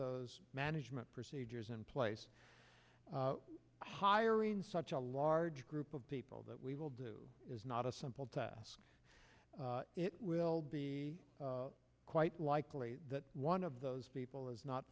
those management procedures in place hire in such a large group of people that we will do not a simple task it will be quite likely that one of those people is not